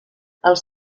els